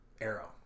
Arrow